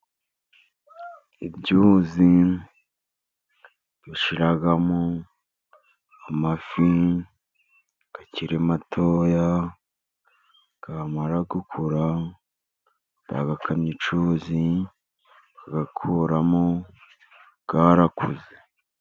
Ibyuzi dushyiramo amafi akiri matoya, yamara gukura bagakamya icyuzi bakayakuramo yarakuze.